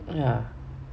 ya